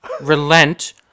relent